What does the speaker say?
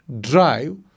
drive